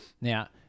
Now